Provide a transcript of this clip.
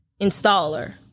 installer